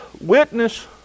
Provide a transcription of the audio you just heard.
witness